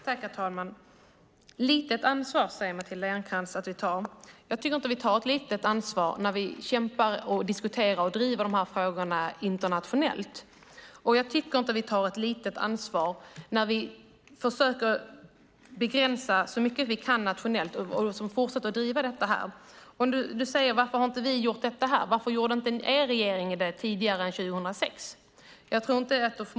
Herr talman! Matilda Ernkrans säger att vi tar för lite ansvar. Jag tycker inte att vi tar för lite ansvar när vi kämpar för, diskuterar och driver dessa frågor internationellt. Jag tycker inte heller att vi tar för lite ansvar när vi försöker begränsa så mycket vi kan nationellt och fortsätter driva detta. Matilda Ernkrans frågar varför vi inte gjort något. Varför gjorde den socialdemokratiska regeringen inte något före 2006?